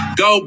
go